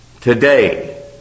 today